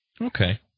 Okay